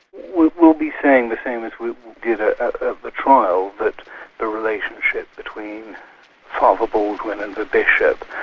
we'll we'll be saying the same as we did ah at ah the trial, that the relationship between father baldwin and the bishop,